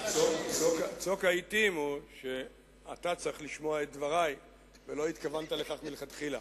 צוק העתים הוא שאתה צריך לשמוע את דברי ולא התכוננת לכך מלכתחילה,